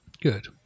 Good